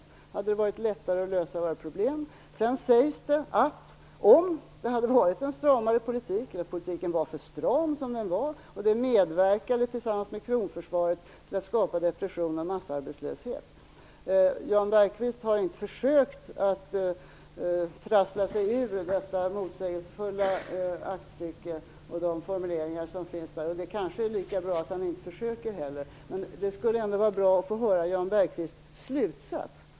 Då hade det varit lättare att lösa våra problem. Sedan sägs det att politiken var för stram som den var och att det tillsammans med kronförsvaret medverkade till att skapa depression och massarbetslöshet. Jan Bergqvist har inte försökt att trassla sig ur detta motsägelsefulla aktstycke och de formuleringar som finns där. Det kanske är lika bra att han inte försöker heller. Men det skulle ändå vara bra att få höra Jan Bergqvists slutsats.